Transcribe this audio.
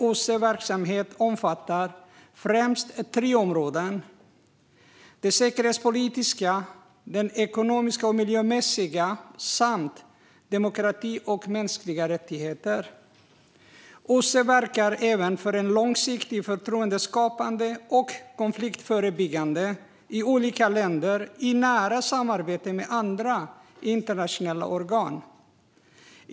OSSE:s verksamhet omfattar främst tre områden: det säkerhetspolitiska, det ekonomiska och miljömässiga samt området demokrati och mänskliga rättigheter. OSSE verkar även för långsiktigt förtroendeskapande och konfliktförebyggande i olika länder i nära samarbete med andra internationella organ.